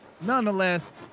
Nonetheless